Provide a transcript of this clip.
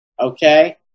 okay